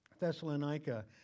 Thessalonica